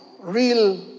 real